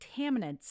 contaminants